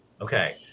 Okay